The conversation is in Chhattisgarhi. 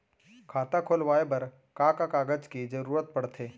खाता खोलवाये बर का का कागज के जरूरत पड़थे?